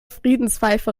friedenspfeife